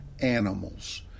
animals